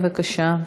בבקשה.